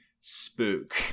spook